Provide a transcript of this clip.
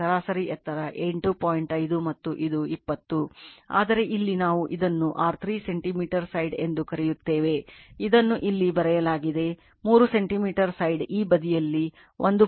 5 ಮತ್ತು ಇದು 20 ಆದರೆ ಇಲ್ಲಿ ನಾವು ಇದನ್ನು R3 ಸೆಂಟಿಮೀಟರ್ ಸೈಡ್ ಎಂದು ಕರೆಯುತ್ತೇವೆ ಇದನ್ನು ಇಲ್ಲಿ ಬರೆಯಲಾಗಿದೆ 3 ಸೆಂಟಿಮೀಟರ್ ಸೈಡ್ ಈ ಬದಿಯಲ್ಲಿ 1